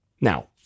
Now